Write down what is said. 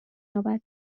یابد